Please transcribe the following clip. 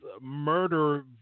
murder